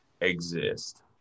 exist